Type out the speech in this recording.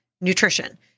nutrition